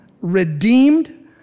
redeemed